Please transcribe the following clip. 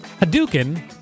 Hadouken